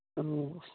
ꯑꯣ